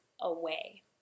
away